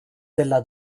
della